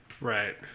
Right